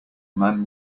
man